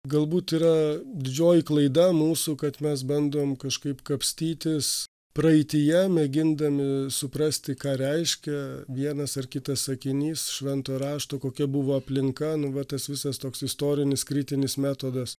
galbūt yra didžioji klaida mūsų kad mes bandom kažkaip kapstytis praeityje mėgindami suprasti ką reiškia vienas ar kitas sakinys šventojo rašto kokia buvo aplinka nu va tas visas toks istorinis kritinis metodas